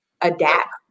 adapt